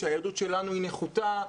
שהילדות שלנו היא נחותה,